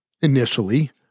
initially